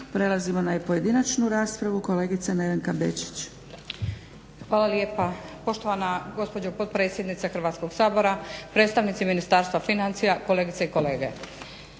Prelazimo na pojedinačnu raspravu. Kolegica Nevenka Bečić. **Bečić, Nevenka (HGS)** Hvala lijepa poštovana gospođo potpredsjednica Hrvatskog sabora, predstavnici ministarstva financija, kolegice i kolege.